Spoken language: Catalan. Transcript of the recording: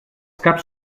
caps